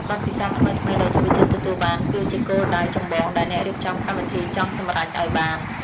បទពិសោធន៍ថ្មីៗដែលយុវជនទទួលបានគឺជាគោលដៅចម្បងដែលអ្នករៀបចំកម្មវិធីចង់សម្រេចឱ្យបាន។